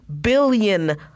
billion